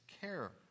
care